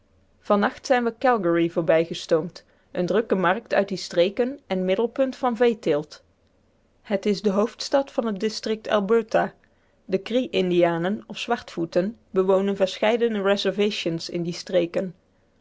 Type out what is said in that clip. nacht zijn we calgary voorbij gestoomd een drukke markt uit die streken en middelpunt van veeteelt het is de hoofdstad van het district alberta de cri indianen of zwartvoeten bewonen verscheiden reservations in die streken